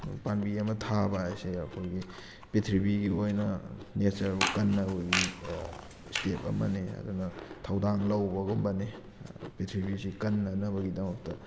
ꯄꯥꯝꯕꯤ ꯑꯃ ꯊꯥꯕ ꯍꯥꯏꯁꯦ ꯑꯩꯈꯣꯏꯒꯤ ꯄꯤꯊ꯭ꯔꯤꯕꯤꯒꯤ ꯑꯣꯏꯅ ꯅꯦꯆꯔꯕꯨ ꯀꯟꯅꯕꯒꯤ ꯏꯁꯇꯦꯞ ꯑꯃꯅꯤ ꯑꯗꯨꯅ ꯊꯧꯗꯥꯡ ꯂꯧꯕꯒꯨꯝꯕꯅꯦ ꯄꯤꯊ꯭ꯔꯤꯕꯤꯁꯤ ꯀꯟꯅꯅꯕꯒꯤꯗꯃꯛꯇ